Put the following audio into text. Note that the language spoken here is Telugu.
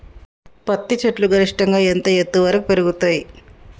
పత్తి చెట్లు గరిష్టంగా ఎంత ఎత్తు వరకు పెరుగుతయ్?